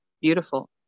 beautiful